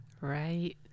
Right